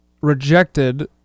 rejected